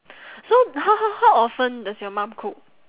so how how how often does your mom cook